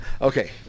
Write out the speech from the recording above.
Okay